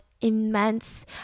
immense